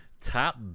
Top